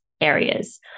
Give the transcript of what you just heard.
areas